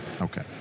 Okay